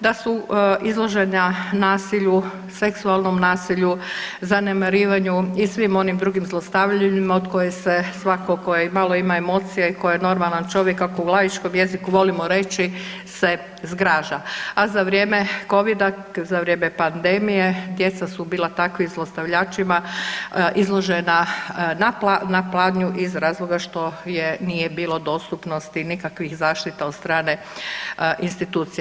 da su izložena nasilju, seksualnom nasilju, zanemarivanju i svim onim drugim zlostavljanjima od kojih se, svatko tko imalo ima emocije koje normalan čovjek, kako u laičkom jeziku volimo reći, se zgraža, a za vrijeme Covida, za vrijeme pandemije djeca su bila takvim zlostavljačima izložena na pladnju iz razloga što nije bilo dostupnosti nikakvih zaštita od strane institucija.